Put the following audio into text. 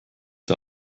der